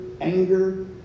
Anger